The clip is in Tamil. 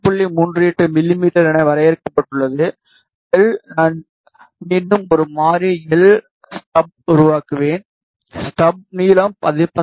38 மிமீ என வரையறுக்கப்பட்டுள்ளது l நான் மீண்டும் ஒரு மாறி l ஸ்டப்ஐ உருவாக்குவேன் ஸ்டப் நீளம் 19